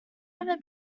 ever